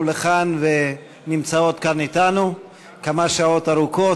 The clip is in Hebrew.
לכאן ונמצאות כאן אתנו כמה שעות ארוכות,